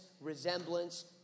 resemblance